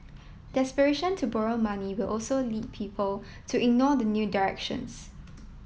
desperation to borrow money will also lead people to ignore the new directions